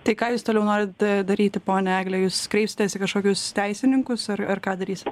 tai ką jūs toliau norit daryti ponia egle jūs kreipsitės į kažkokius teisininkus ar ar ką darysi